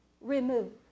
remove